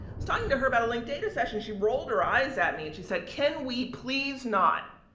was talking to her about a linked data session. she rolled her eyes at me and she said can we please not,